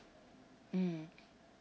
mm